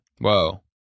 Whoa